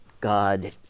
God